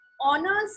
honors